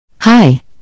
Hi